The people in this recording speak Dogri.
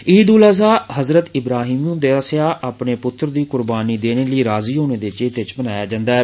ईदुल अजहा हजरत इब्राहिम हुंदे आस्सेआ अपने पुज्ज दी कुरबानी देने लेई राजी होने दे चेते च मनाय जंदा ऐ